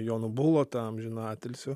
jonu bulota amžiną atilsį